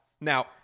Now